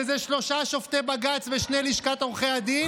שזה שלושה שופטי בג"ץ ושני חברי לשכת עורכי הדין,